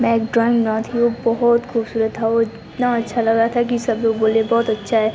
मैं एक ड्रॉइंग बनाई थी वो बहुत खूबसूरत था वो इतना अच्छा लगा था कि सब लोग बोले बहुत अच्छा है